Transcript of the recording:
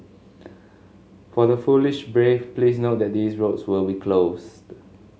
for the foolish brave please note that these roads will be closed